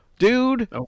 Dude